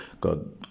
God